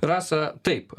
rasa taip